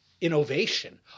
innovation